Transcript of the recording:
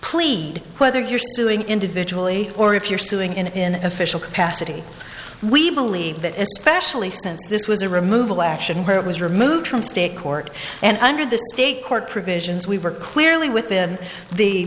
plead whether you're suing individually or if you're suing in official capacity we believe that especially since this was a removal action where it was removed from state court and under the state court provisions we were clearly within the